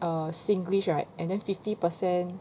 err singlish right and then fifty percent